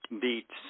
beats